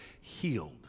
healed